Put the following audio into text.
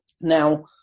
Now